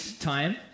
time